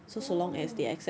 oh